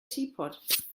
teapot